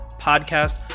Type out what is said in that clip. podcast